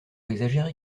exagérées